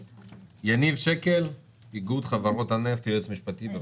יניב שקל, איגוד חברות הנפט, יועץ משפטי, בבקשה.